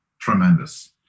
tremendous